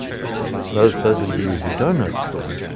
so those of you who don't know the story,